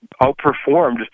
outperformed